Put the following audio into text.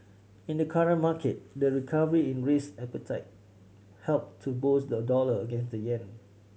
in the currency market the recovery in risk appetite helped to boost the dollar against the yen